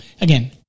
again